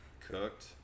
cooked